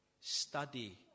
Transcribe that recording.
study